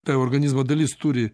ta organizmo dalis turi